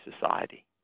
Society